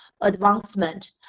advancement